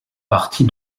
partie